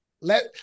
let